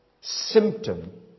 symptom